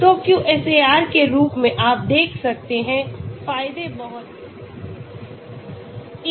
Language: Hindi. तो QSAR के रूप में आप देख सकते हैं फायदे बहुत हैं